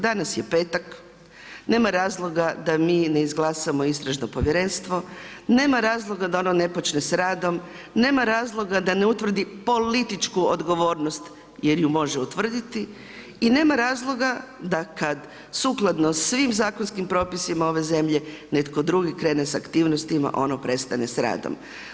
Danas je petak, nema razloga da mi ne izglasamo istražno povjerenstvo, nema razloga da ono ne počne sa radom, nema razloga da ne utvrdi političku odgovornost jer ju može utvrditi i nema razloga da kada sukladno svim zakonskim propisima ove zemlje netko drugi krene sa aktivnostima a ono prestane sa radom.